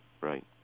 Right